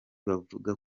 bavuga